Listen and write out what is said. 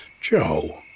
Joe